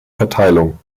verteilung